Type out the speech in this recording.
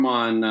on